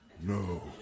No